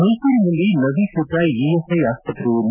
ಮೈಸೂರಿನಲ್ಲಿ ನವೀಕೃತ ಇಎಸ್ಐ ಆಸ್ಪತ್ರೆಯನ್ನು